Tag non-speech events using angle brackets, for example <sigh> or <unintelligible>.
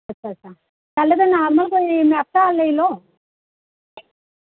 अच्छा अच्छा पैह्लें ते नार्मल तुस <unintelligible> लेई लैओ